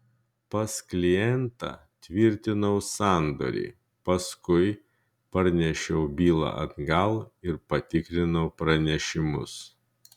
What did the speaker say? pas klientą tvirtinau sandorį paskui parnešiau bylą atgal ir patikrinau pranešimus